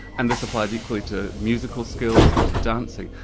and this applies equally to musical skills or to dancing,